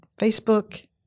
Facebook